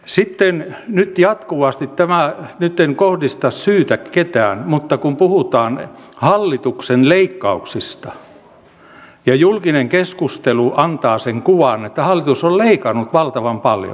sitten nyt jatkuvasti nyt en kohdista syytä ketään kun puhutaan hallituksen leikkauksista julkinen keskustelu antaa sen kuvan että hallitus on leikannut valtavan paljon